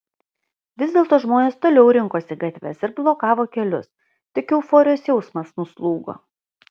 vis dėlto žmonės toliau rinkosi į gatves ir blokavo kelius tik euforijos jausmas nuslūgo